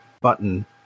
button